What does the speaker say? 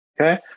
Okay